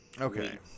Okay